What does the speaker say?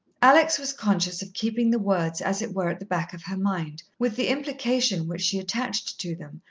alex was conscious of keeping the words as it were at the back of her mind, with the implication which she attached to them,